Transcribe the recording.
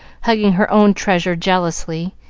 hugging her own treasure jealously.